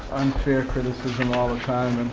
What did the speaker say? unfair criticism, all the time.